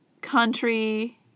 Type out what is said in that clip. country